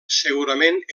segurament